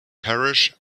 parish